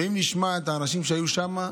ואם נשמע את האנשים שהיו שם,